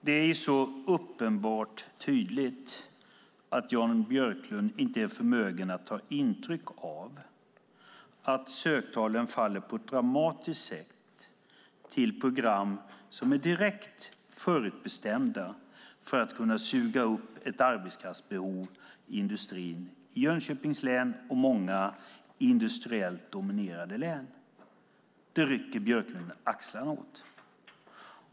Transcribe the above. Herr talman! Det är uppenbart att Jan Björklund inte är förmögen att ta intryck av att söktalen faller på ett dramatiskt sätt till program som är direkt förutbestämda att kunna matcha ett arbetskraftsbehov i industrin i Jönköpings län och i många industriellt dominerade län. Det rycker Björklund på axlarna åt.